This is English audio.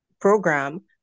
program